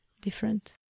different